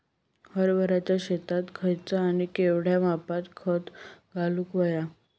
हरभराच्या शेतात खयचा आणि केवढया मापात खत घालुक व्हया?